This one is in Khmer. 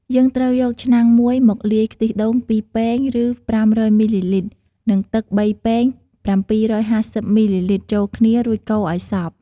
យើងត្រូវយកឆ្នាំងមួយមកលាយ ខ្ទិះដូង ២ ពែង ឬ ៥០០ មីលីលីត្រ និងទឹក ៣ ពែង ៧៥០ មីលីលីត្រ ចូលគ្នា រួចកូរឲ្យសព្វ។